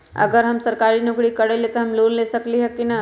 अगर हम सरकारी नौकरी करईले त हम लोन ले सकेली की न?